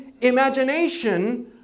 imagination